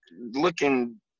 looking